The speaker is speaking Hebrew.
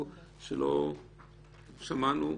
שמענו.